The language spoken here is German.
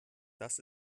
das